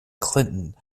clinton